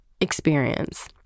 experience